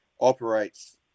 operates